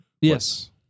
Yes